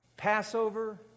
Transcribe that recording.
Passover